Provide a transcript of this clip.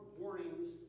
warnings